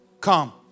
come